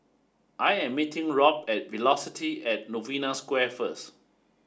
I am meeting Robb at Velocity at Novena Square first